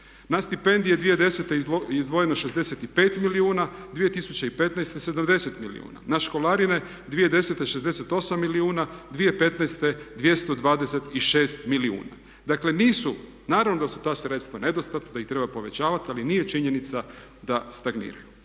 Na stipendije 2010. izdvojeno 65 milijuna, 2015. …/Govornik se ne razumije./… na školarine 2010. 68 milijuna, 2015. 226 milijuna. Dakle nisu, naravno da su ta sredstva nedostatna, da ih treba povećavati ali nije činjenica da stagniraju.